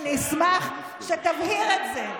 נפתלי, מנכ"ל מועצת יש"ע,